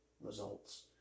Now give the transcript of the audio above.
results